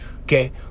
Okay